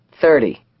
Thirty